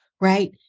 right